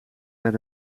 met